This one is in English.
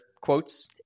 quotes